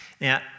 Now